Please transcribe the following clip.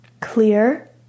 Clear